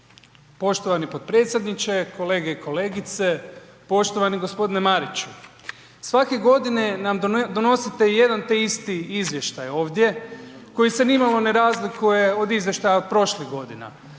Poštovani potpredsjedniče, kolege i kolegice, poštovani gospodine Mariću, svake godine nam donosite jedan te isti izvještaj ovdje koji se nimalo ne razlikuje od izvještaja od prošlih godina.